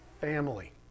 family